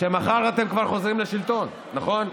שמחר אתם כבר חוזרים לשלטון, נכון?